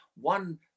One